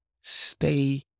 Stay